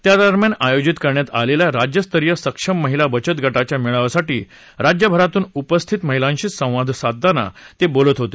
त्या दरम्यान आयोजित करण्यात आलेल्या राज्यस्तरीय सक्षम महिला बचत गटाच्या मेळाव्यासाठी राज्यभरातून उपस्थित महिलांशी संवाद साधताना ते बोलत होते